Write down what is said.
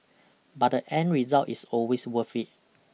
but the end result is always worth it